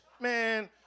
Man